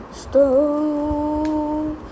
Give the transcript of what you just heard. stone